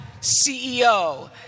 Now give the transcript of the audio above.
CEO